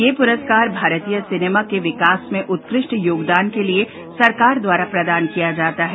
यह पुरस्कार भारतीय सिनेमा के विकास में उत्कृष्ट योगदान के लिए सरकार द्वारा प्रदान किया जाता है